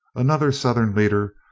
another southern leader,